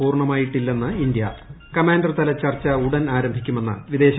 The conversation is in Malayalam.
പൂർണ്ണമായിട്ടില്ലെന്ന് ഇന്ത്യ കമാൻഡർ തല ചർച്ച ഉടൻ ആരംഭിക്കുമെന്ന് വിദേശകാരൃമന്ത്രാലയം